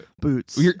boots